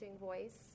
voice